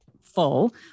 full